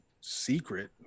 secret